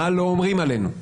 מה לא אומרים עלינו,